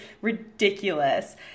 ridiculous